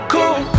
Cool